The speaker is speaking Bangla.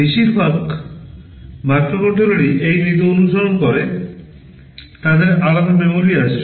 বেশিরভাগ মাইক্রোকন্ট্রোলারই এই নীতি অনুসরণ করে তাদের আলাদা memory আছে